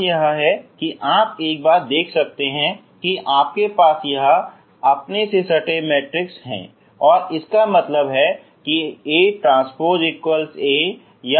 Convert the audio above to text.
बात यह है कि आप एक बार देख सकते है की आपके पास यह आत्म सटे मैट्रिक्स है इसका मतलब है की ATA या ATA